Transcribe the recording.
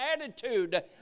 attitude